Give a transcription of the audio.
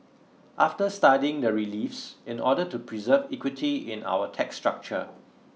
after studying the reliefs in order to preserve equity in our tax structure